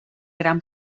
gran